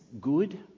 good